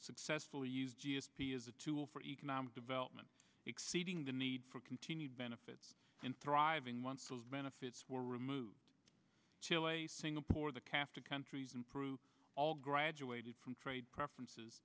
successfully use g s p as a tool for economic development exceeding the need for continued benefits in thriving once those benefits were removed till a singapore the cast of countries improved all graduated from trade preferences